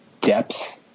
depth